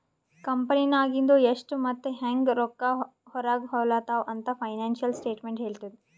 ಕಂಪೆನಿನಾಗಿಂದು ಎಷ್ಟ್ ಮತ್ತ ಹ್ಯಾಂಗ್ ರೊಕ್ಕಾ ಹೊರಾಗ ಹೊಲುತಾವ ಅಂತ್ ಫೈನಾನ್ಸಿಯಲ್ ಸ್ಟೇಟ್ಮೆಂಟ್ ಹೆಳ್ತುದ್